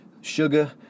sugar